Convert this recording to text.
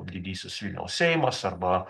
didysis vilniaus seimas arba